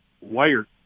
wire